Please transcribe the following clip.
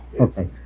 Okay